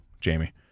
Jamie